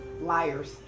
Liars